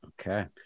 okay